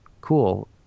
cool